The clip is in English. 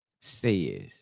says